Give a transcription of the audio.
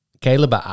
Caleb